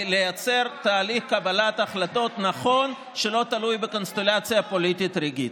לייצר תהליך קבלת החלטות נכון שלא תלוי בקונסטלציה פוליטית רגעית.